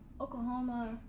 Oklahoma